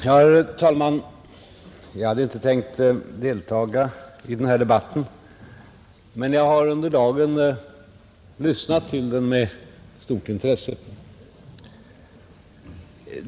Herr talman! Jag hade inte tänkt delta i den här debatten, men jag har under dagen lyssnat till den med stort intresse.